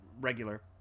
regular